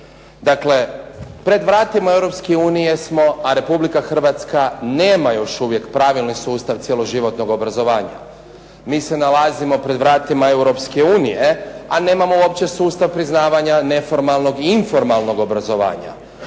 Dakle, pred vratima Europske unije smo, Republika Hrvatska nema još uvijek pravilni sustav cjeloživotnog obrazovanja. Mi se nalazimo pred vratima Europske unije, a nemamo uopće sustav priznavanja neformalnog i informalnog obrazovanja.